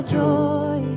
joy